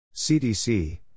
CDC